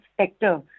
sector